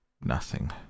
Nothing